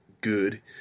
good